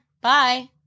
Bye